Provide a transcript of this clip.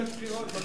איזה שיטת בחירות,